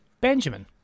Benjamin